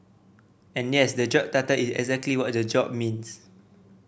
and yes the job title is exactly what the job means